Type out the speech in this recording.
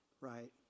right